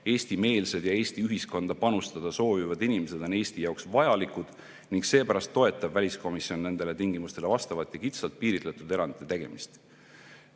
eestimeelsed ja Eesti ühiskonda panustada soovivad inimesed on Eesti jaoks vajalikud, ning seepärast toetab väliskomisjon nendele tingimustele vastavat ja kitsalt piiritletud erandite tegemist.